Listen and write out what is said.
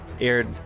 aired